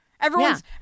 Everyone's